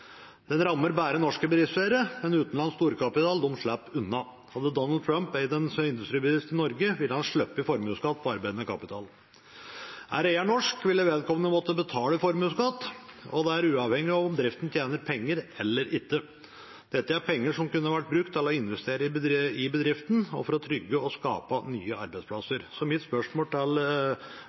Den rammer bare norske bedriftseiere. Utenlandsk storkapital slipper unna. Hadde Donald Trump eid en industribedrift i Norge, ville han sluppet formuesskatt på arbeidende kapital. Er eieren norsk, ville vedkommende måtte betale formuesskatt, og det er uavhengig av om bedriften tjener penger eller ikke. Dette er penger som kunne vært brukt til å investere i bedriftene og for å trygge og skape nye arbeidsplasser. Så mitt spørsmål til